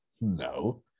no